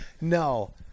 No